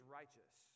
righteous